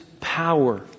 power